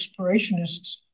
explorationists